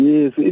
Yes